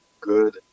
good